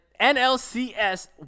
NLCS